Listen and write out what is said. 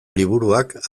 liburuak